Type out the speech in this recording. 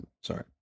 Sorry